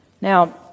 Now